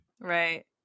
right